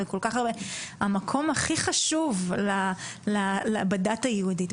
המקום הכי חשוב בדת היהודית,